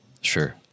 Sure